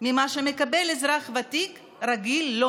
שהוא פחות ממה שמקבל אזרח ותיק רגיל לא